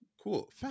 cool